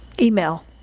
email